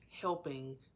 helping